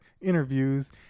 interviews